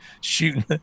shooting